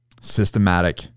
systematic